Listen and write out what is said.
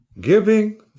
giving